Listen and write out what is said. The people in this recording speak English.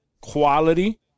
quality